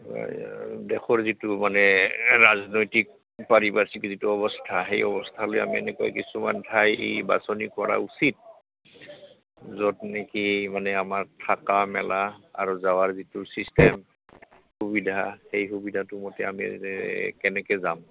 দেশৰ যিটো মানে ৰাজনৈতিক যিটো অৱস্থা সেই অৱস্থালৈ আমি এনেকৈ কিছুমান ঠাই বাছনি কৰা উচিত য'ত নেকি মানে আমাৰ থকা মেলা আৰু যোৱাৰ যিটো ছিষ্টেম সুবিধা সেই সুবিধাটো মতে আমি কেনেকৈ যাম